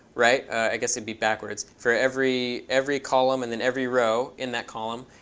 right i guess it's be backwards. for every every column and then every row in that column,